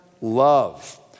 love